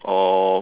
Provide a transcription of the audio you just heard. oh